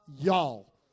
Y'all